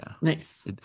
Nice